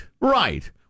right